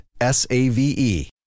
S-A-V-E